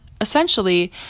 Essentially